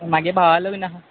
मागे भावालो बीन आसा